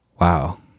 wow